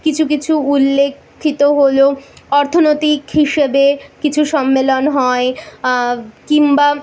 কিছু কিছু উল্লেখিত হল অর্থনৈতিক হিসাবে কিছু সম্মেলন হয় কিংবা